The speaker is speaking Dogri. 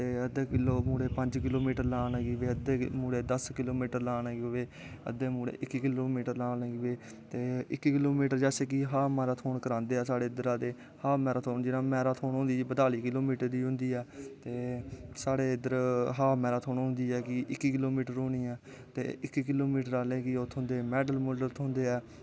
ते अद्दे मुड़े पंज किलो मीटर लान लगी पे अद्दे मुड़े दस किलो मीटर लान लगी पे अध्दे मुड़े इक्की किलो मीटर लान लगी पे ते इक्की किलो मिटर च केह् हा मैराथान करांदे हे साढ़े इद्दरा दे हां मैराथान होंदी जेह्ड़ी बताली किलो मीटर दी होंदी ऐ ते साढ़े इद्दर हाफ मैराथान होंदी ऐ इक इक्की किलो मीटर होनी ऐ ते इक्की किलो मीटर आह्ले गी मैडल मूडल थ्होंदेे ऐ